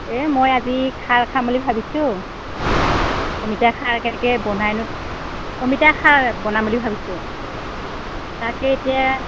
এই মই আজি খাৰ খাম বুলি ভাবিছোঁ অমিতা খাৰ কেনেকে বনাইনো অমিতা খাৰ বনাম বুলি ভাবিছোঁ তাকে এতিয়া